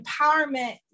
empowerment